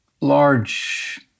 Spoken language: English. large